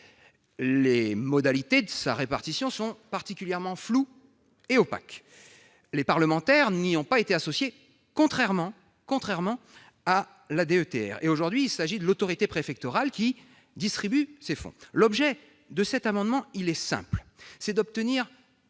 les modalités de répartition sont particulièrement floues et opaques. Les parlementaires n'y ont pas été associés, contrairement à ce qui a été fait pour la DETR. Aujourd'hui, c'est l'autorité préfectorale qui distribue ces fonds. L'objet de cet amendement est simple : il s'agit d'obtenir